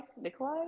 Nikolai